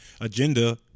agenda